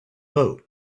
boat